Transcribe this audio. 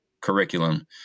curriculum